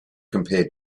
compare